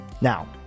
Now